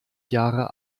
jahre